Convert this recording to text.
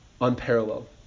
unparalleled